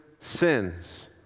sins